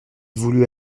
voulut